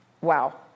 Wow